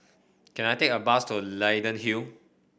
can I take a bus to Leyden Hill